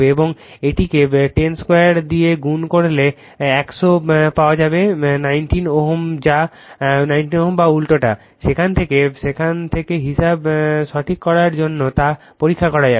এবং এটিকে 10 2 গুণ করলে 100 পাওয়া যাবে 19 Ω বা উল্টোটা সেখান থেকে হিসাব সঠিক কি না তা পরীক্ষা করা যাবে